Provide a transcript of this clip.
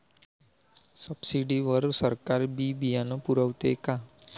Subsidy वर सरकार बी बियानं पुरवते का?